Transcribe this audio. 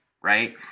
right